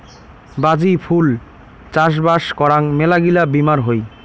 বাজি ফুল চাষবাস করাং মেলাগিলা বীমার হই